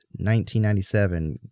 1997